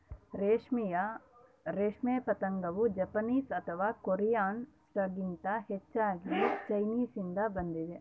ದೇಶೀಯ ರೇಷ್ಮೆ ಪತಂಗವು ಜಪಾನೀಸ್ ಅಥವಾ ಕೊರಿಯನ್ ಸ್ಟಾಕ್ಗಿಂತ ಹೆಚ್ಚಾಗಿ ಚೈನೀಸ್ನಿಂದ ಬಂದಿದೆ